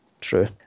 true